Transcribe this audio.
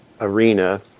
arena